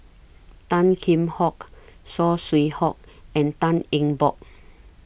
Tan Kheam Hock Saw Swee Hock and Tan Eng Bock